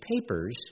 papers